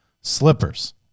Slippers